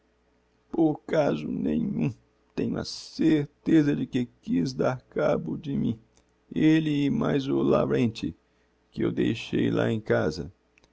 por caso nenhum tenho a certeza de que quiz dar cabo de mim elle e mais o lavrenty que eu deixei lá em casa